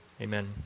amen